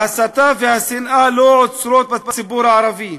ההסתה והשנאה לא עוצרות בציבור הערבי,